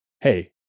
Hey